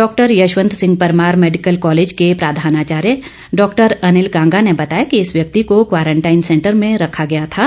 doctor Yashwant Singh Parmar medical college के प्रधानाचार्य doctor Anil Kanga ने बताया कि इस व्यक्ति को क्वारंटाईन सेंटर में रखा गया था